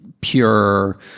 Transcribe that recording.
pure